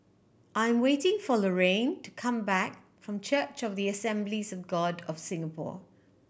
I'm waiting for Laraine to come back from Church of the Assemblies of God of Singapore